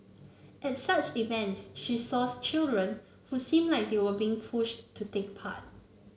at such events she saw children who seemed like they were being pushed to take part